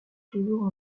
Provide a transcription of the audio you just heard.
toujours